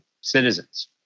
citizens